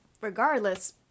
regardless